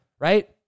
right